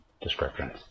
descriptions